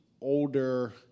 older